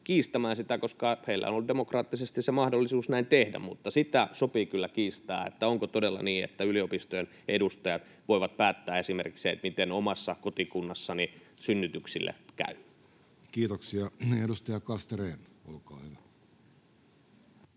kiistämään niitä, koska heillä on ollut demokraattisesti mahdollisuus näin tehdä. Mutta sitä sopii kyllä kiistää, onko todella niin, että yliopistojen edustajat voivat päättää esimerkiksi sen, miten omassa kotikunnassani synnytyksille käy. [Speech 9] Speaker: Jussi Halla-aho